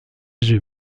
jeux